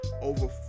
over